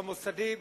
במוסדי,